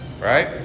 Right